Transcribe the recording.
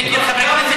רטוריות.